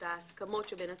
את ההסכמות בין הצדדים.